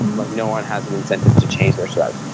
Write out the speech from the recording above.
like no one has an incentive to change their strategy